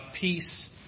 peace